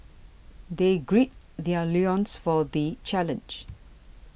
they gird their loins for the challenge